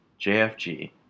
JFG